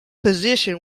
position